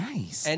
Nice